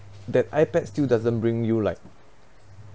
that I_pad still doesn't bring you like